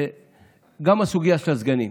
גם הסוגיה של הסגנים,